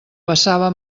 passava